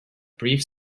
brief